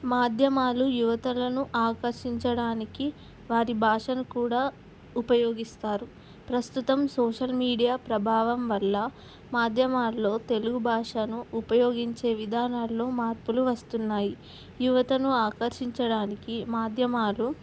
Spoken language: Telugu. మాధ్యమాలు యువతలను ఆకర్షించడానికి వారి భాషను కూడా ఉపయోగిస్తారు ప్రస్తుతం సోషల్ మీడియా ప్రభావం వల్ల మాధ్యమాల్లో తెలుగు భాషను ఉపయోగించే విధానాల్లో మార్పులు వస్తున్నాయి యువతను ఆకర్షించడానికి మాధ్యమాలు